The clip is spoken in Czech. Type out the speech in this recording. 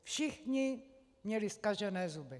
Všichni měli zkažené zuby.